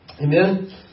Amen